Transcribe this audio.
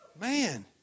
Man